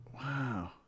wow